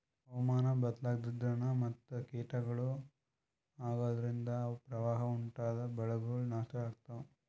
ಹವಾಮಾನ್ ಬದ್ಲಾಗದ್ರಿನ್ದ ಮತ್ ಕೀಟಗಳು ಅಗೋದ್ರಿಂದ ಪ್ರವಾಹ್ ಉಂಟಾದ್ರ ಬೆಳೆಗಳ್ ನಾಶ್ ಆಗ್ತಾವ